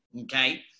okay